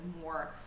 more